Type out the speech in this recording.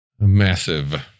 massive